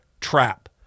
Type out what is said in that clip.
trap